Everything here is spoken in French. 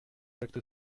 d’acte